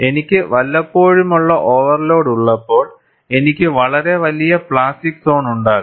എനിക്ക് വല്ലപ്പോഴുമുള്ള ഓവർലോഡ് ഉള്ളപ്പോൾ എനിക്ക് വളരെ വലിയ പ്ലാസ്റ്റിക് സോൺ ഉണ്ടാകും